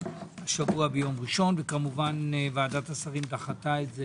השבוע ביום ראשון וכמובן ועדת השרים דחתה את זה